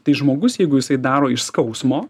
tai žmogus jeigu jisai daro iš skausmo